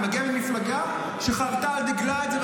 אני מגיע ממפלגה שחרתה על דגלה את זה,